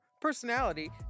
personality